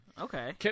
Okay